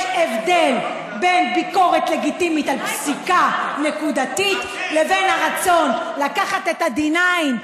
יש הבדל בין ביקורת לגיטימית על פסיקה נקודתית לבין הרצון לקחת את ה-9D,